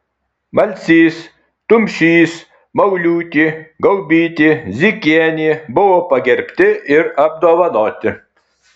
malcys tumšys mauliūtė gaubytė zykienė buvo pagerbti ir apdovanoti